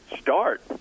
start